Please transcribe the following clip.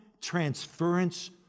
transference